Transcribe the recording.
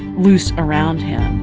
loose around him